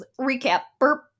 recap